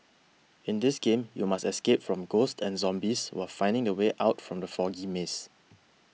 in this game you must escape from ghosts and zombies while finding the way out from the foggy maze